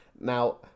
Now